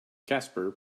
casper